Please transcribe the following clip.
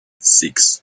six